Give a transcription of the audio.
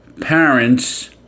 parents